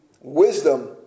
wisdom